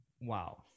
Wow